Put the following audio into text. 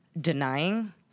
denying